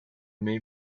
may